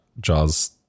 Jaws